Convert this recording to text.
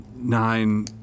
Nine